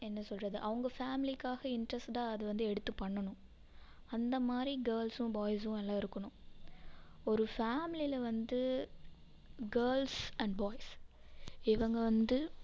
என்ன சொல்றது அவங்க ஃபேமிலிக்காக இன்டெர்ஸ்டடாக அதை வந்து எடுத்து பண்ணணும் அந்தமாதிரி கேர்ள்ஸ் பாய்சும் எல்லா இருக்கணும் ஒரு ஃபேமிலியில் வந்து கேர்ள்ஸ் அண்ட் பாய்ஸ் இவங்க வந்து